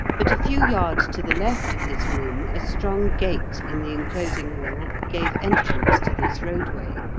but a few yards to the left of his room, a strong gate in the enclosing wall gave entrance to this roadway.